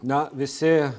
na visi